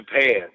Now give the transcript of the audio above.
Japan